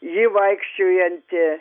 ji vaikščiojanti